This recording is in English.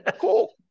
Cool